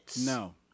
No